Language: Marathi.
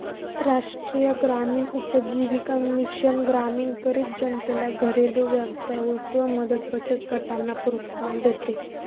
राष्ट्रीय ग्रामीण उपजीविका मिशन ग्रामीण गरीब जनतेला घरेलु व्यवसाय व स्व मदत बचत गटांना प्रोत्साहन देते